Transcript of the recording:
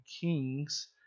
kings